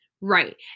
Right